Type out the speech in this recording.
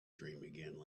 dream